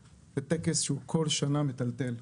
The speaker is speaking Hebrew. זה טקס שכל שנה הוא מטלטל,